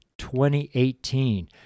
2018